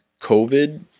COVID